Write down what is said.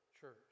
church